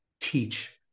teach